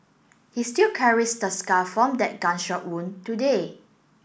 he still carries the scar from that gunshot wound today